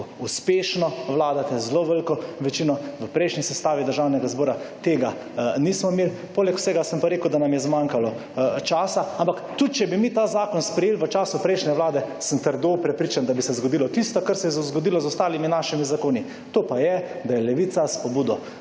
uspešno vladate z zelo veliko večino. V prejšnji sestavi državnega zbora tega nismo imeli. Poleg vsega sem pa rekel, da nam je zmanjkalo časa, ampak tudi če bi mi ta zakon sprejeli v času prejšnje vlade sem trdno prepričan, da bi se zgodilo tisto kar se je zgodilo z ostalimi našimi zakoni. To pa je, da je Levica s podporo